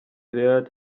wird